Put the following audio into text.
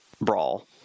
brawl